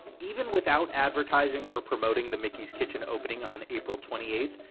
even without advertising or promoting the mickey's kitchen opening on april twenty eighth,